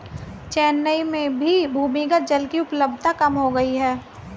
चेन्नई में भी भूमिगत जल की उपलब्धता कम हो गई है